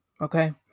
okay